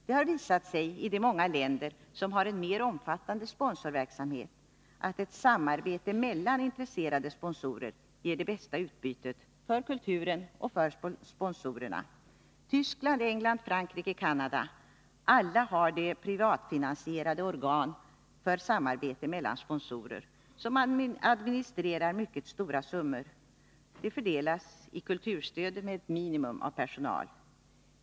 Det har visat sig i de många länder som har en mer omfattande sponsorverksamhet, att ett samarbete mellan intresserade sponsorer ger det bästa utbytet — för kulturen och för sponsorerna. Tyskland, England, Frankrike, Canada — alla har de privatfinansierade organ för samarbete mellan sponsorer, vilka administrerar de mycket stora summor som fördelas i kulturstöd med ett minimum av personal.